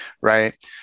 right